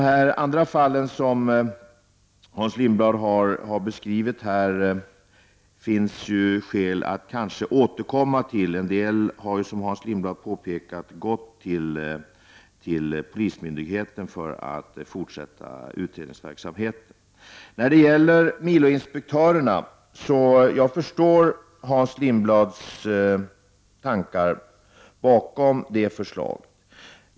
Det finns kanske skäl att återkomma till de övriga fall som Hans Lindblad beskrev. En del har ju — som Hans Lindblad påpekade — gått till polismyndigheten för att utredas där. Jag förstår Hans Lindblads tankar bakom förslaget om miloinspektörerna.